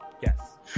Yes